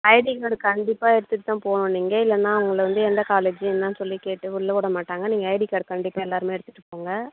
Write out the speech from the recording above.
ID card கண்டிப்பாக எடுத்துகிட்டு தான் போகணும் நீங்கள் இல்லைனா உங்களை வந்து எந்த காலேஜ்லயும் என்னன்னு சொல்லி கேட்டு உள்ளே விட மாட்டாங்க நீங்கள் ஐடி கார்டு கண்டிப்பாக எல்லாருமே எடுத்துகிட்டு போங்க